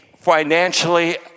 financially